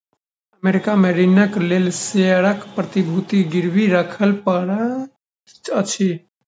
America में ऋणक लेल शेयरक प्रतिभूति गिरवी राखय पड़ैत अछि